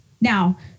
now